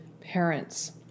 parents